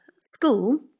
school